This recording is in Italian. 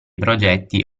progetti